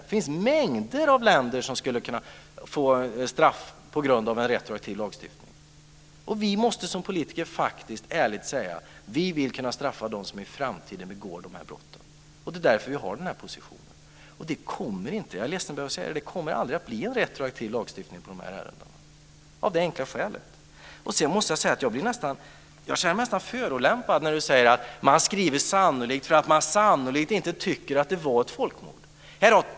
Det finns mängder av länder som skulle kunna få straff på grund av en retroaktiv lagstiftning. Vi måste som politiker säga ärligt att vi vill kunna straffa dem som begår brotten i framtiden. Det är därför vi intar denna position. Jag är ledsen över att behöva säga att det aldrig kommer att bli någon retroaktiv lagstiftning i dessa ärenden, av det enkla skälet. Jag känner mig nästan förolämpad när Margareta Viklund säger att vi skriver "sannolikt" för att vi sannolikt inte tycker att det var något folkmord.